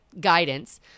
guidance